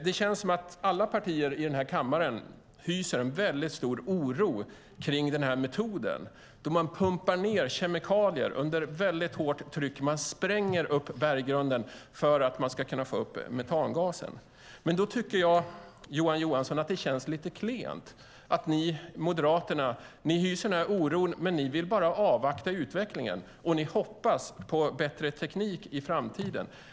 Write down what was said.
Det känns som att alla partier i kammaren hyser en väldigt stor oro kring den här metoden, där man pumpar ned kemikalier under väldigt hårt tryck och spränger upp berggrunden för att kunna få upp metangasen. Då tycker jag, Johan Johansson, att det känns lite klent att ni i Moderaterna hyser denna oro men bara vill avvakta utvecklingen och hoppas på bättre teknik i framtiden.